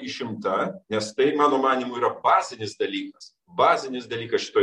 išimta nes tai mano manymu yra bazinis dalykas bazinis dalykas šitoj